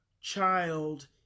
child